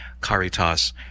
Caritas